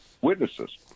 witnesses